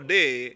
day